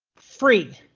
free.